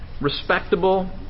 Respectable